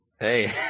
hey